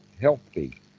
healthy